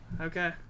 Okay